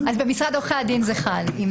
במשרד עורכי הדין זה חל.